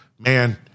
man